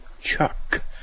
Chuck